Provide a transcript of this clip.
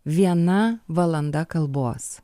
viena valanda kalbos